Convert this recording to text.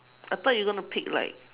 I thought you gonna pick like